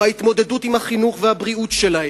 בהתמודדות עם החינוך והבריאות שלהם,